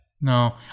no